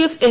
F M